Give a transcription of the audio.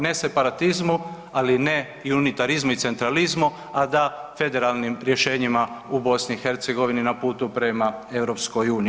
Ne separatizmu, ali ne i unitarizmu i centralizmu, a da federalnim rješenjima u BiH na putu prema EU.